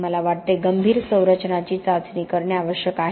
मला वाटते गंभीर संरचनांची चाचणी करणे आवश्यक आहे